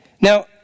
Now